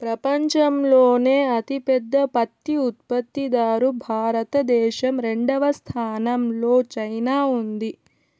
పపంచంలోనే అతి పెద్ద పత్తి ఉత్పత్తి దారు భారత దేశం, రెండవ స్థానం లో చైనా ఉంది